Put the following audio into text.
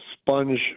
sponge